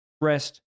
rest